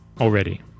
already